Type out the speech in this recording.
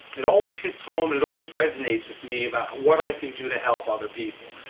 it always hits home. and it always resonates with me about what i can do to help other people.